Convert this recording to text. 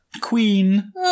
Queen